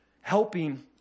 helping